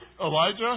Elijah